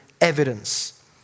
evidence